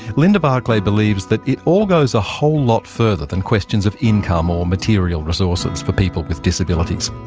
linda barclay believes that it all goes a whole lot further than questions of income or material resources for people with disabilities.